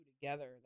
together